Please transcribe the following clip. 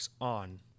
On